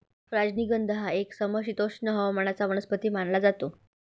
राजनिगंध हा एक समशीतोष्ण हवामानाचा वनस्पती मानला जातो